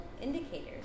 indicators